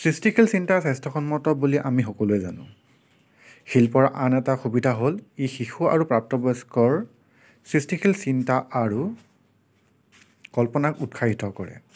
সৃষ্টিশীল চিন্তা স্বাস্থ্য়সন্মত বুলি আমি সকলোৱে জানো শিল্পৰ আন এটা সুবিধা হ'ল ই শিশু আৰু প্ৰাপ্তবয়স্কৰ সৃষ্টিশীল চিন্তা আৰু কল্পনাক উৎসাহিত কৰে